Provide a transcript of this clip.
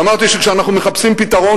ואמרתי שכשאנחנו מחפשים פתרון,